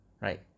Right